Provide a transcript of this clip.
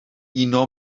uno